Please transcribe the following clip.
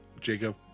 Jacob